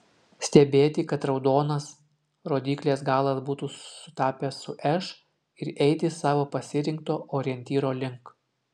stebėti kad raudonas rodyklės galas būtų sutapęs su š ir eiti savo pasirinkto orientyro link